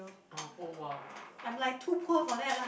uh oh !wow!